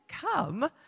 come